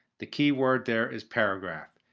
the key word there is paragraph.